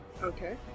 Okay